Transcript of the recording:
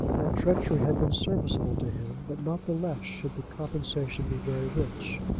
that treachery had been serviceable to him, but not the less should the compensation be very rich.